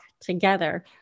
together